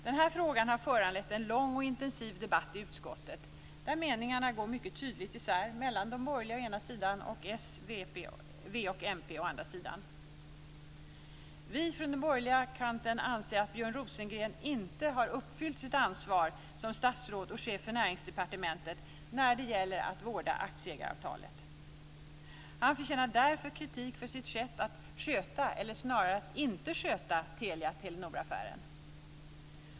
Den här frågan har föranlett en lång och intensiv debatt i utskottet där meningarna går mycket tydligt isär mellan de borgerliga å ena sidan och s, v och mp å andra sidan. Vi från den borgerliga kanten anser att Björn Rosengren inte har uppfyllt sitt ansvar som statsråd och chef för Näringsdepartementet när det gäller att vårda aktieägaravtalet. Han förtjänar därför kritik för sitt sätt att sköta, eller snarare att inte sköta Telia-Telenor-affären.